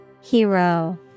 Hero